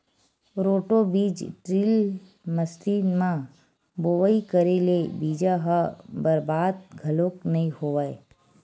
roto बीज drill machine म बोवई करे ले बीजा ह बरबाद घलोक नइ होवय